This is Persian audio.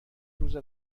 روز